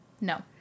No